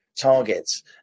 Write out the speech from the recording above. targets